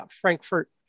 Frankfurt